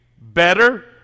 better